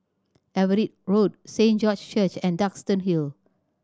Everitt Road Saint George's Church and Duxton Hill